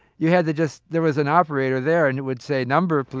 you had to just there was an operator there and it would say, number, please